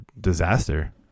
disaster